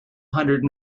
hundred